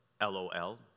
LOL